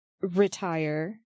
retire